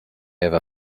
ever